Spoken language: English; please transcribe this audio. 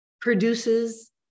produces